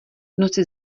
noci